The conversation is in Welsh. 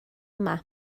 yma